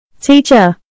Teacher